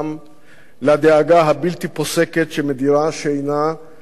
לדאגה הבלתי-פוסקת שמדירה שינה מעיניהם